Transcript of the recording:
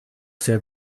sehr